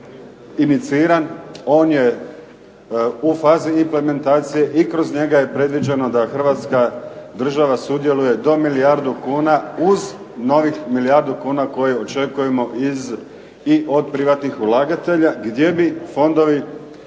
iniciran, on je u fazi implementacije i kroz njega je predviđeno da Hrvatska država sudjeluje do milijardu kuna uz novih milijardu kuna koje očekujemo iz i od privatnih ulagatelja gdje bi fondovi